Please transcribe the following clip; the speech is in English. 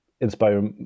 inspire